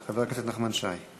חבר הכנסת נחמן שי, בבקשה.